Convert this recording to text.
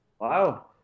wow